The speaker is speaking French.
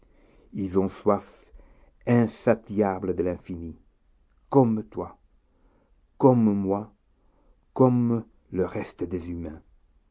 ils ont soif insatiable de l'infini comme toi comme moi comme le reste des humains